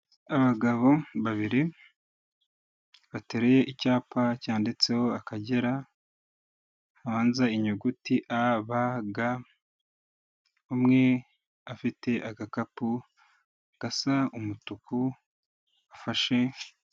Abagabo babiri bateruye icyapa cyanditseho Akagera, hanze inyuguti AGB, umwe afite agakapu gasa umutuku afashe.